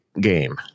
game